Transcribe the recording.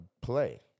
play